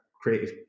creative